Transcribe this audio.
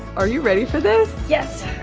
are you ready for this? yes,